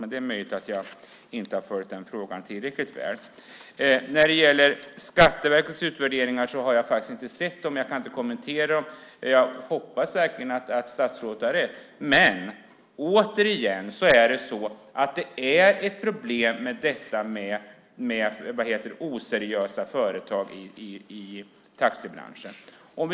Men det är möjligt att jag inte har följt den frågan tillräckligt väl. Jag har faktiskt inte sett Skatteverkets utvärderingar och kan inte kommentera dem. Jag hoppas verkligen att statsrådet har rätt, men oseriösa företag i taxibranschen är ett problem.